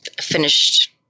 finished